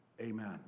amen